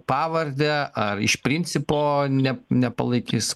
pavardę ar iš principo ne nepalaikys